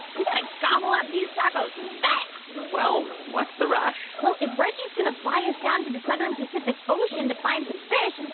we've got to gobble up these tacos fast well, what's the rush? well, if reggie's going to fly us down to the southern pacific ocean to find some fish,